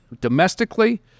domestically